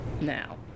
now